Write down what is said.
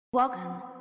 Welcome